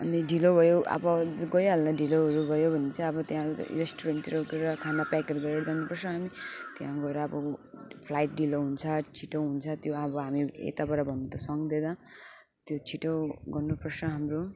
अनि ढिलो भयो अब गइहाल्दा ढिलोहरू भयो भने चाहिँ अब त्यहाँ रेस्टुरेन्टतिर गएर खाना प्याकहरू गरेर जानुपर्छ हामी त्यहाँ गएर अब फ्लाइट ढिलो हुन्छ छिटो हुन्छ त्यो अब हामी यताबाट भन्नु त सक्दैन त्यो छिटो गर्नुपर्छ हाम्रो